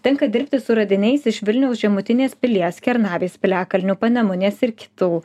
tenka dirbti su radiniais iš vilniaus žemutinės pilies kernavės piliakalnių panemunės ir kitų